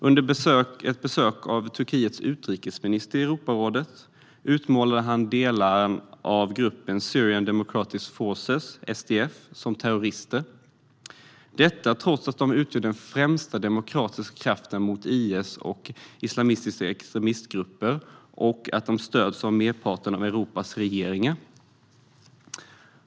Under ett besök av Turkiets utrikesminister i Europarådet utmålade han delar av gruppen Syrian Democratic Forces, SDF, som terrorister, detta trots att de utgör den främsta demokratiska kraften mot IS och islamistiska extremistgrupper och att de stöds av merparten av Europas regeringar.